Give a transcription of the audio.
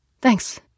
Thanks